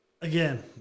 Again